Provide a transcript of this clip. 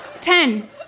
Ten